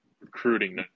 recruiting